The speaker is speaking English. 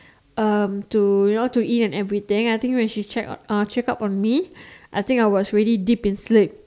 um to you know to eat and everything I think when she check uh check up on me I think I was already deep in sleep